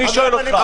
אני שואל אותך.